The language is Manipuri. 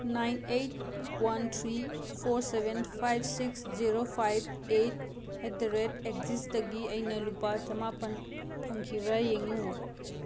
nine eight one three four seven five six zero five eight at the rate ꯑꯦꯛꯖꯤꯁꯇꯒꯤ ꯑꯩꯅ ꯂꯨꯄꯥ ꯆꯃꯥꯄꯟ ꯐꯪꯈꯤꯕꯔ ꯌꯦꯡꯉꯨ